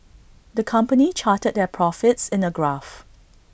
the company charted their profits in A graph